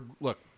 Look